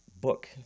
book